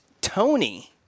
Tony